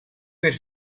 per